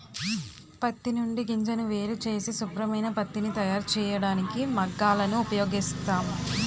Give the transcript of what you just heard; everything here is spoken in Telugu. పత్తి నుండి గింజను వేరుచేసి శుభ్రమైన పత్తిని తయారుచేయడానికి మగ్గాలను ఉపయోగిస్తాం